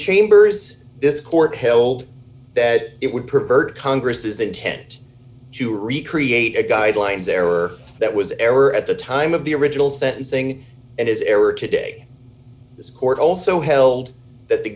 chambers this court held that it would prefer congress does that tend to recreate a guidelines error that was error at the time of the original sentencing and his error today this court also held that the